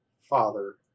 father